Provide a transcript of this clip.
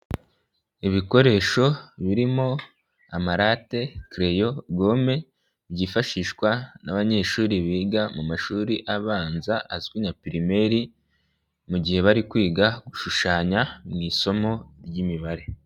Ibikoresho birimo amarate, kereyo, gome, byifashishwa n'abanyeshuri biga mu mashuri abanza azwi nka pirimeri mu gihe bari kwiga gushushanya mu isomo ry'imibare.